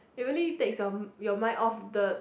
it really takes your your mind off the